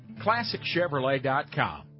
ClassicChevrolet.com